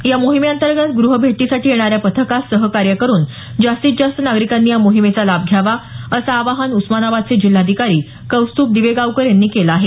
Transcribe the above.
या मोहिमेअंतर्गत गृहभेटीसाठी येणाऱ्या पथकास सहकार्य करुन जास्तीत जास्त नागरिकांनी या मोहिमेचा लाभ घ्यावा असं आवाहन उस्मानाबादचे जिल्हाधिकारी कौस्तुभ दिवेगावकर यांनी केलं आहे